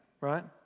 right